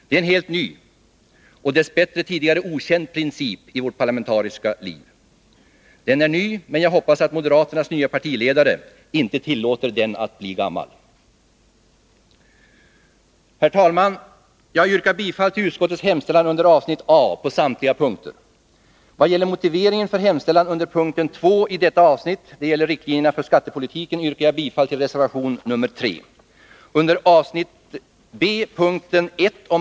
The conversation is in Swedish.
Det är en helt ny och dess bättre tidigare okänd princip i vårt parlamentariska liv. Den är ny, men jag hoppas att moderaternas nye partiledare inte tillåter den att bli gammal. Herr talman! Jag yrkar bifall till utskottets hemställan på samtliga punkter under avsnitt A. Beträffande motiveringen för hemställan under punkten 2 vad gäller riktlinjerna för skattepolitiken i detta avsnitt yrkar jag bifall till reservation nr 3. Under avsnitt B 1.